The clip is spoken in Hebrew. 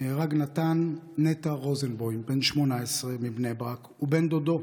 נהרגו נתן נטע רוזנבוים, בן 18 מבני ברק, ובן דודו